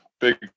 big